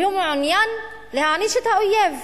והוא מעוניין להעניש את האויב.